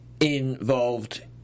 involved